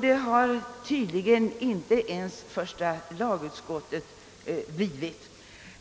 Det har tydligen inte ens första lagutskottet blivit